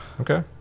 Okay